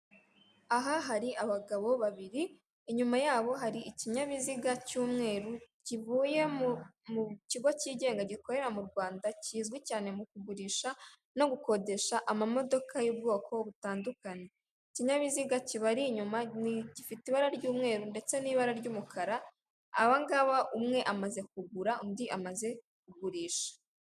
Aha hari abagabo babiri inyuma yabo hari ikinyabiziga cy'umweru kivuye mu kigo cyigenga gikorera mu Rwanda kizwi cyane mu kugurisha no gukodesha amamodoka y'ubwoko butandukanye, ikinyabiziga kiba ari inyuma gifite ibara ry'umweru ndetse n'ibara ry'umukara abangaba umwe amaze kugura undi amaze kugurisha.